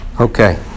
Okay